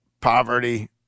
poverty